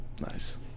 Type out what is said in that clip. Nice